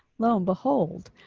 lo and behold,